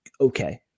okay